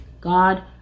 God